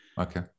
Okay